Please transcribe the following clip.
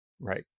right